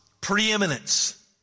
preeminence